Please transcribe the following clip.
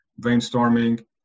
brainstorming